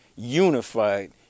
unified